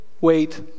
wait